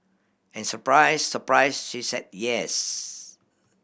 and surprise surprise she said yes